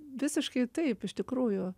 visiškai taip iš tikrųjų